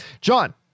John